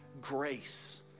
grace